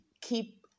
keep